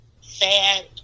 sad